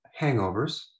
hangovers